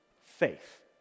faith